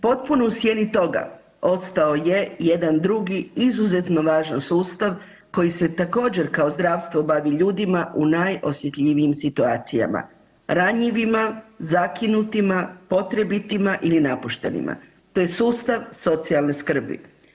Potpuno u sjeni toga ostao je jedan drugi izuzetno važan sustav koji se također kao zdravstvo bavi ljudima u najosjetljivijim situacijama, ranjivima, zakinutima, potrebitima ili napuštenima, to je sustav socijalne skrbi.